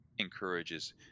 encourages